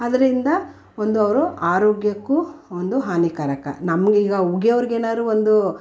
ಅದರಿಂದ ಒಂದು ಅವರ ಆರೋಗ್ಯಕ್ಕೂ ಒಂದು ಹಾನಿಕಾರಕ ನಮಗೀಗ ಉಗಿಯೋರಿಗೇನಾದ್ರು ಒಂದು